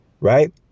Right